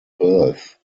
berth